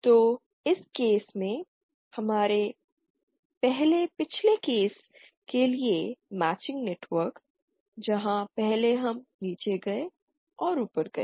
तो इस केस में हमारे पहले पिछले केस के लिए मैचिंग नेटवर्क जहां पहले हम नीचे गए और ऊपर गए